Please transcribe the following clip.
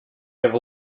have